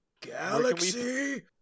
galaxy